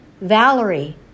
Valerie